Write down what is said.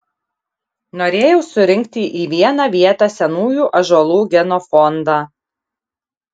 norėjau surinkti į vieną vietą senųjų ąžuolų genofondą